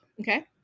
Okay